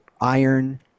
iron